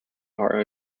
are